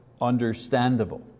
understandable